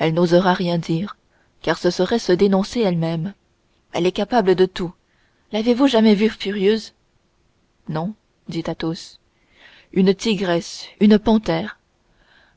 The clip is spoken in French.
elle n'osera rien dire car ce serait se dénoncer elle-même elle est capable de tout l'avez-vous jamais vue furieuse non dit athos une tigresse une panthère